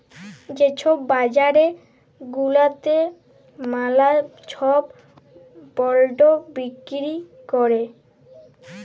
যে ছব বাজার গুলাতে ম্যালা ছব বল্ড বিক্কিরি ক্যরে